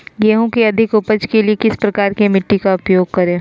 गेंहू की अधिक उपज के लिए किस प्रकार की मिट्टी का उपयोग करे?